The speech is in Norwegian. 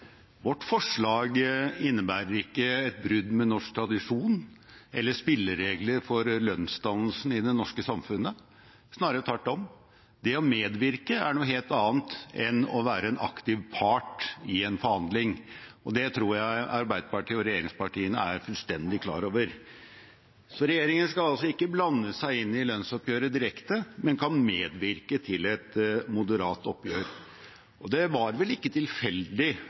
Vårt forslag innebærer ikke et brudd med norsk tradisjon eller spilleregler for lønnsdannelsen i det norske samfunnet – snarere tvert om. Det å medvirke er noe helt annet enn å være en aktiv part i en forhandling, og det tror jeg Arbeiderpartiet og regjeringspartiene er fullstendig klar over. Regjeringen skal altså ikke blande seg inn i lønnsoppgjøret direkte, men kan medvirke til et moderat oppgjør. Det var vel ikke tilfeldig